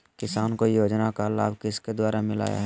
किसान को योजना का लाभ किसके द्वारा मिलाया है?